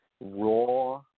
raw